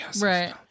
right